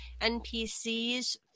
NPCs